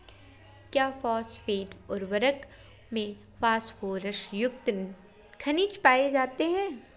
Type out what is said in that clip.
क्या फॉस्फेट उर्वरक में फास्फोरस युक्त खनिज पाए जाते हैं?